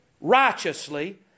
righteously